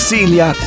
Celia